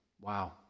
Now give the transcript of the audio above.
wow